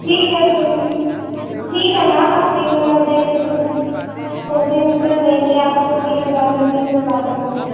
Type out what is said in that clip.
ठीक है तु ठीक है मैम आप तीन हज़ार देंगी तो तो भी हम सिल देंगे आपको तीन हज़ार में भी सिलवा देंगे